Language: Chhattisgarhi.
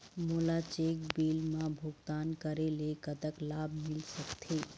मोला चेक बिल मा भुगतान करेले कतक लाभ मिल सकथे?